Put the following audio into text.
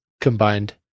combined